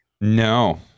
No